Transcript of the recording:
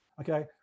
okay